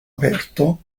aperto